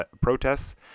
protests